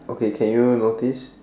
okay can you notice